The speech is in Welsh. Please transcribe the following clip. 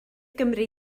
gymri